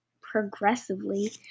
progressively